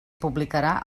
publicarà